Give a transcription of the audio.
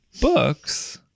books